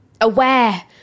aware